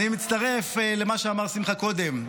אני מצטרף למה שאמר שמחה קודם.